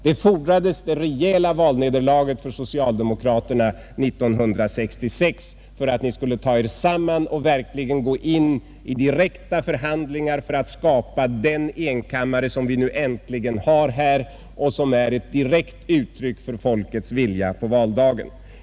Det fordrades det rejäla valnederlaget för socialdemokraterna år 1966 för att ni skulle ta cr samman och verkligen gå in i direkta förhandlingar för att skapa den enkammare som vi nu äntligen har här och som är ett direkt uttryck för folkets vilja på valdagen.